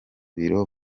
biro